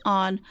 on